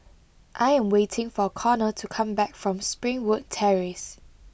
I am waiting for Connor to come back from Springwood Terrace